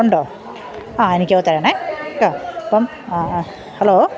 ഉണ്ടോ ആ എനിക്കത് തരണേ കേട്ടോ അപ്പം ആ ആ ഹലോ